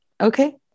Okay